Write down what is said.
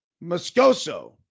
Moscoso